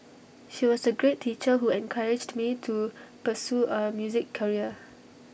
she was A great teacher who encouraged me to pursue A music career